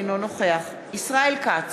אינו נוכח ישראל כץ,